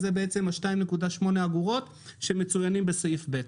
זה ה-2.8 אגורות שמצוינים בתקנת משנה (ב).